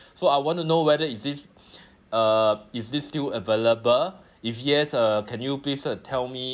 so I want to know whether is this uh is this still available if yes uh can you please uh tell me